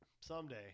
someday